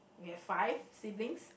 we have five siblings